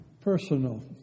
personal